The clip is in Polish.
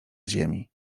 ziemi